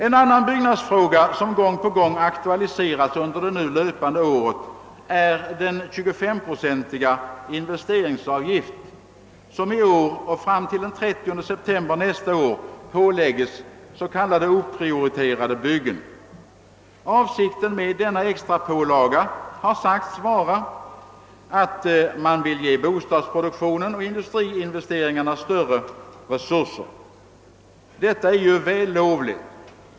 En annan byggnadsfråga som gång på gång aktualiserats under det nu löpande året är den 25-procentiga investeringsavgift som i år och fram till den 30 september nästa år pålägges s.k. oprioriterade byggen. Avsikten med denna extra pålaga har sagts vara, att man vill ge bostadsproduktionen och industriinvesteringarna större resurser. Detta är ju vällovligt.